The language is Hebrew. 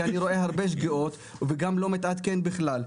כי אני רואה הרבה שגיאות וגם לא מתעדכן בכלל.